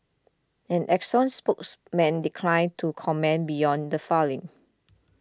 an Exxon spokesman declined to comment beyond the folling